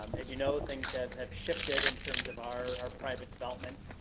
um as you know, things have have shifted in terms of our private development